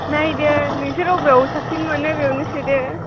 नायदो नोंसोर बबेयाव साबसिन मोनो बेयावनो सोदो